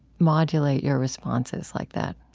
modulate your responses like that?